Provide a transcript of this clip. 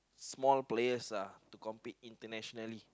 small players lah to compete internationally